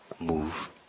move